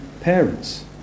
parents